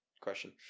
Question